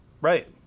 Right